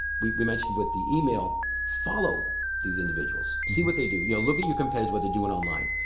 we we mentioned with the email, follow these individuals, see what they do, you know look at your competitor what they're doing online.